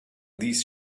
these